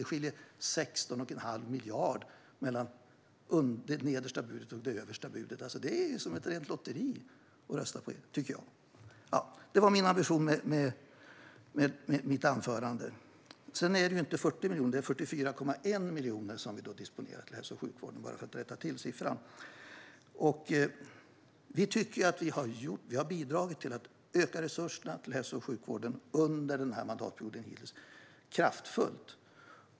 Det skiljer 16 1⁄2 miljard mellan det nedersta och det översta budet. Att rösta på er är som ett lotteri, tycker jag. Det här var ambitionen med mitt anförande. Det handlar för övrigt inte om 40 miljoner utan om 44,1 miljoner som vi disponerar till hälso och sjukvården. Jag ville bara rätta till siffran. Vi tycker att vi har bidragit kraftfullt till att öka resurserna till hälso och sjukvården under mandatperioden.